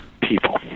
people